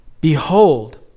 Behold